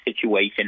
situation